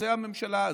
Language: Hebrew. זה הממשלה הזאת,